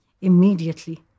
Immediately